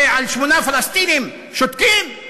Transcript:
ועל שמונה פלסטינים שותקים?